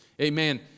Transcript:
Amen